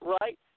right